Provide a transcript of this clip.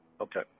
Okay